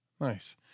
nice